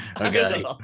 Okay